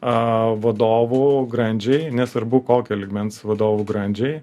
vadovų grandžiai nesvarbu kokio lygmens vadovų grandžiai